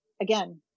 again